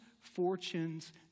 fortunes